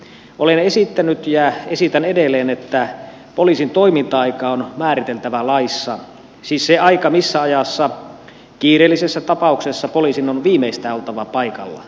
olen esittänyt ja esitän edelleen että poliisin toiminta aika on määriteltävä laissa siis se aika missä ajassa kiireellisessä tapauksessa poliisin on viimeistään oltava paikalla